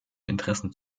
interessen